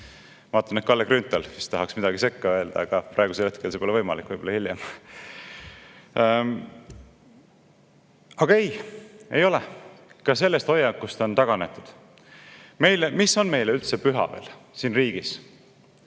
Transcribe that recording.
Ma vaatan, et Kalle Grünthal vist tahaks midagi sekka öelda, aga praegusel hetkel see pole võimalik. Võib-olla hiljem. Aga ei, ka sellest hoiakust on taganetud. Mis on meile üldse püha veel siin riigis?